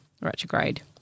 Retrograde